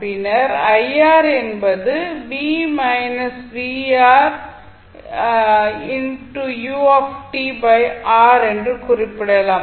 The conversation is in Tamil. பின்னர் என்பதை என குறிப்பிடலாம்